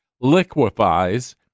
liquefies